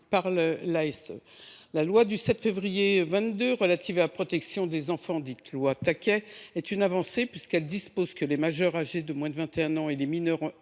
enfance. La loi du 7 février 2022 relative à la protection des enfants, dite loi Taquet, constitue une avancée, puisqu’elle dispose que « les majeurs âgés de moins de vingt et un ans et les mineurs